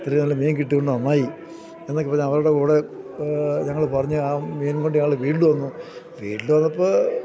ഇത്രയും നല്ല മീൻ കിട്ടിയതുകൊണ്ടു നന്നായി എന്നൊക്കെ പറഞ്ഞ് അവരുടെ കൂടെ ഞങ്ങള് പറഞ്ഞ് ആ മീൻകൊണ്ട് ഞങ്ങള് വീട്ടില് വന്നു വീട്ടില് വന്നപ്പോള്